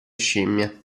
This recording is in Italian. scimmie